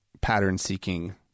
pattern-seeking